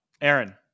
Aaron